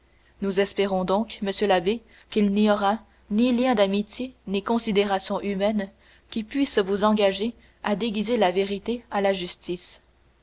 nous espérons donc monsieur l'abbé qu'il n'y aura ni liens d'amitié ni considération humaine qui puissent vous engager à déguiser la vérité à la justice